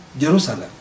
Jerusalem